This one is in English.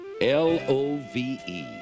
L-O-V-E